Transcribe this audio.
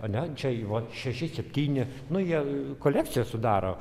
a ne čia vot šeši septyni nu jie kolekciją sudaro